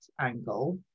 angle